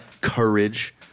Courage